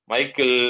Michael